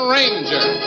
Ranger